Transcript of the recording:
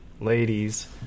ladies